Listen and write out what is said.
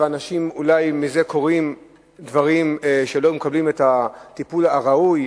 ואולי מזה קורים דברים כשאנשים לא מקבלים את הטיפול הראוי.